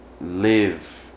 live